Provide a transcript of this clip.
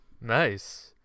nice